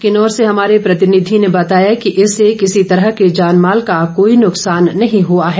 किन्नौर से हमारे प्रतिनिधी ने जानकारी देते हुए बताया कि इससे किसी तरह के जानमाल का कोई नुकसान नहीं हुआ है